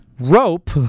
rope